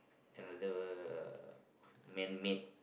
another uh man made